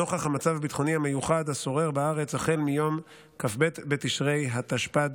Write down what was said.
נוכח המצב הביטחוני המיוחד השורר בארץ החל מיום כ"ב בתשרי התשפ"ד,